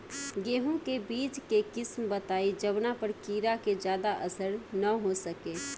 गेहूं के बीज के किस्म बताई जवना पर कीड़ा के ज्यादा असर न हो सके?